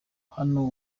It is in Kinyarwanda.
hano